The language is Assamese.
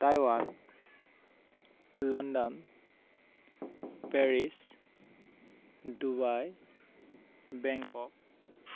Taiwan London Paris Dubai Bangkok